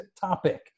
topic